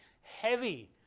heavy